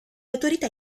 autorità